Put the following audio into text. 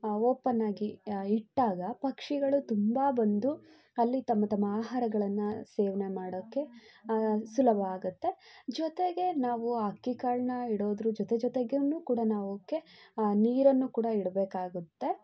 open ಆಗಿ ಇಟ್ಟಾಗ ಪಕ್ಷಿಗಳು ತುಂಬ ಬಂದು ಅಲ್ಲಿ ತಮ್ಮ ತಮ್ಮ ಆಹಾರಗಳನ್ನು ಸೇವನೆ ಮಾಡೋಕೆ ಸುಲಭ ಆಗುತ್ತೆ ಜೊತೆಗೆ ನಾವು ಆ ಅಕ್ಕಿ ಕಾಳನ್ನ ಇಡೋದ್ರ ಜೊತೆ ಜೊತೆಗೆ ಕೂಡ ನಾವು ಅವಕ್ಕೆ ನೀರನ್ನು ಕೂಡ ಇಡಬೇಕಾಗುತ್ತೆ